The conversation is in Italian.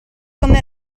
come